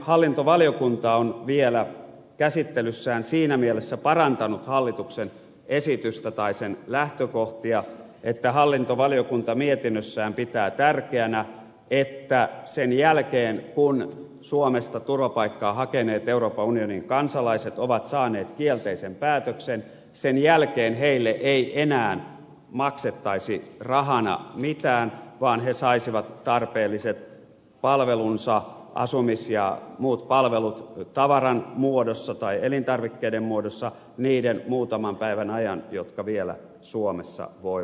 hallintovaliokunta on vielä käsittelyssään siinä mielessä parantanut hallituksen esityksen lähtökohtia että hallintovaliokunta mietinnössään pitää tärkeänä että sen jälkeen kun suomesta turvapaikkaa hakeneet euroopan unionin kansalaiset ovat saaneet kielteisen päätöksen heille ei enää maksettaisi rahana mitään vaan he saisivat tarpeelliset palvelunsa asumis ja muut palvelut tavaran muodossa tai elintarvikkeiden muodossa niiden muutaman päivän ajan jotka vielä suomessa voivat olla